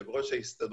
יושב ראש ההסתדרות,